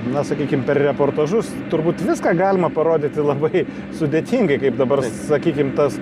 na sakykim per reportažus turbūt viską galima parodyti labai sudėtingai kaip dabar sakykim tas